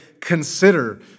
consider